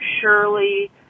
surely